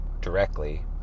directly